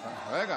רגע.